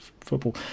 football